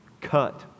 cut